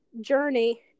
journey